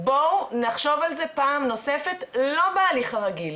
בואו נחשוב על זה פעם נוספת לא בהליך הרגיל.